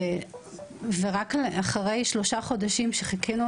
רק לאחר שלושה חודשים שבהם חיכינו